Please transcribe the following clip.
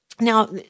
now